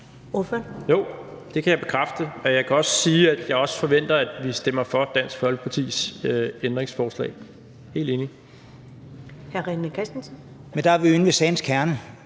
Jeg kan også sige, at jeg forventer, at vi stemmer for Dansk Folkepartis ændringsforslag.